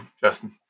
Justin